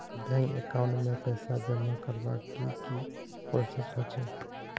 Bank account में पैसा जमा करवार की की प्रोसेस होचे?